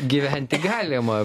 gyventi galima